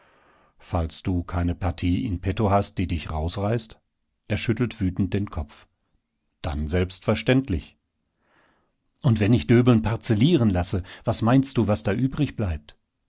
falls du keine partie in petto hast die dich rausreißt er schüttelt wütend den kopf dann selbstverständlich und wenn ich döbeln parzellieren lasse was meinst du was da übrig bleibt